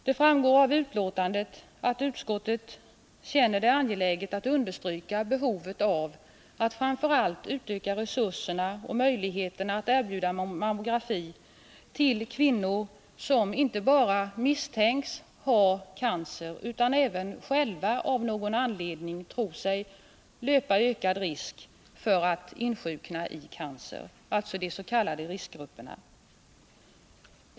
Det framgår av betänkandet att utskottet känner det angeläget att understryka behovet av att framför allt utöka resurserna för attkunna erbjuda mammografi till kvinnor som inte bara misstänks ha cancer utan även själva av någon anledning tror sig löpa ökad risk för att insjukna i cancer, alltså de s.k. riskgrupperna.